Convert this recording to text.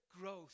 growth